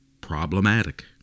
problematic